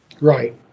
Right